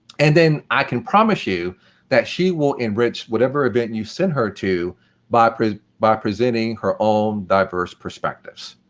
and then, i can promise you that she will enrich whatever event and you send her too by by presenting her own diverse perspectives.